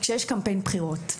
כשיש קמפיין בחירות.